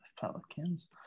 Pelicans